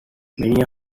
many